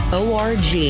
org